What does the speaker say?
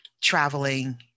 traveling